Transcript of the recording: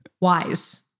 Wise